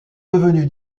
devenu